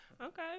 Okay